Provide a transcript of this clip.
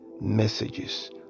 messages